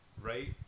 Right